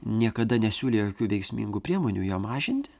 niekada nesiūlė jokių veiksmingų priemonių ją mažinti